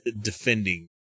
defending